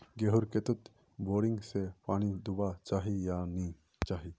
गेँहूर खेतोत बोरिंग से पानी दुबा चही या नी चही?